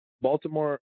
Baltimore